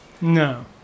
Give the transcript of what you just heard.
No